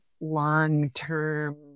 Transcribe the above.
long-term